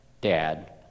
dad